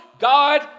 God